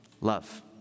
Love